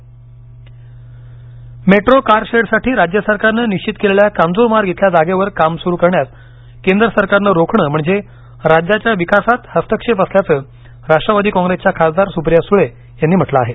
Kanjurmarg metro car शेडसाठी राज्य सरकारनं निश्चित केलेल्या कांजूरमार्ग इथल्या जागेवर काम सुरू करण्यास केंद्र सरकारनं रोखणं म्हणजे राज्याच्या विकासात हस्तक्षेप असल्याचं राष्ट्रवादी कॉप्रेसच्या खासदार सुप्रिया सुळे यांनी म्हटलं आहे